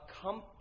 comfy